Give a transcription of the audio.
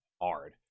hard